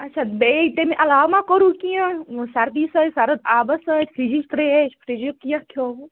اَچھا بیٚیہِ تمہِ عَلاوٕ مہ کوٚروٗ کینٛہہ سردی سۭتۍ سرد آبَس سۭتۍ فرجِچ تریٚش فرجُک کینٛہہ کھیٚوٕ